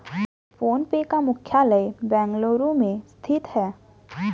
phone पे का मुख्यालय बेंगलुरु में स्थित है